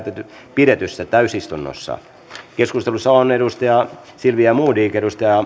pidetyssä täysistunnossa keskustelussa on silvia modig